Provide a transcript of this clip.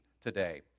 today